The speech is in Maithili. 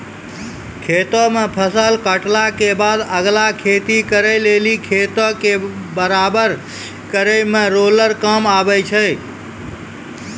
खेतो मे फसल काटला के बादे अगला खेती करे लेली खेतो के बराबर करै मे रोलर काम आबै छै